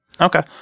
Okay